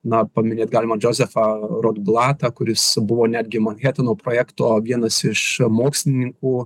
na paminėt galima džozefą rodblatą kuris buvo netgi manheteno projekto vienas iš mokslininkų